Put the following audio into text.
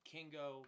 Kingo